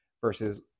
Versus